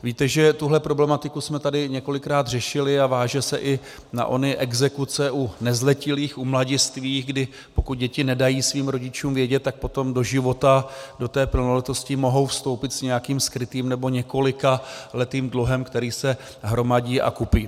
Víte, že tuhle problematiku jsme tady několikrát řešili, a váže se i na ony exekuce u nezletilých, u mladistvých, kdy pokud děti nedají svým rodičům vědět, tak potom do života, do plnoletosti mohou vstoupit s nějakým skrytým nebo několikaletým dluhem, který se hromadí a kupí.